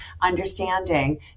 understanding